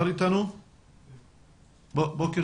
בוקר